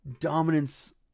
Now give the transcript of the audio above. dominance